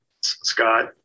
Scott